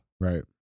right